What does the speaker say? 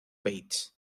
bates